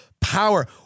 power